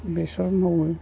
बेसर मावो